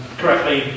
correctly